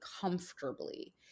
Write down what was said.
comfortably